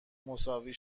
مساوی